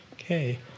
Okay